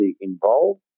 involved